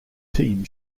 team